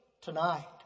tonight